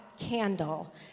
candle